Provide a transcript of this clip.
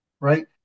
right